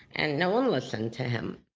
and no one listened to him